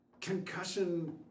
Concussion